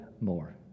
more